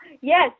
yes